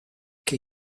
che